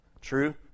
True